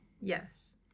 Yes